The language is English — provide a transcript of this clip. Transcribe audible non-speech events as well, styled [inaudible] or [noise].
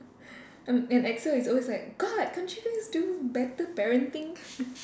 um and Axl is always like god can't you guys do better parenting [laughs]